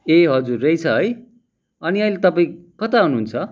ए हजुर रहेछ है अनि अहिले तपाईँ कता हुनुहुन्छ